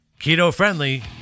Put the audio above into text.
keto-friendly